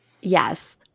Yes